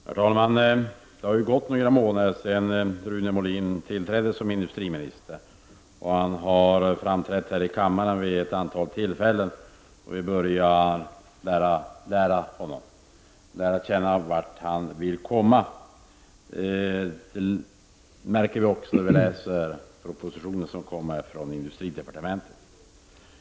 Herr talman! Det har ju gått några månader sedan Rune Molin tillträdde som industriminister, och han har framträtt här i kammaren vid ett antal tillfällen. Vi börjar lära känna honom och förstå vart han vill komma. Det märker vi också när vi läser den proposition som kommer från industridepartementet.